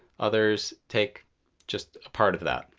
others take just a part of that.